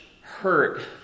hurt